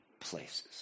places